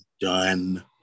done